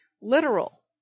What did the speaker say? literal